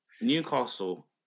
Newcastle